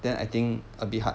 then I think a bit hard